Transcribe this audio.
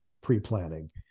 pre-planning